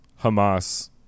Hamas